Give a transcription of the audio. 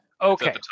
Okay